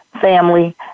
family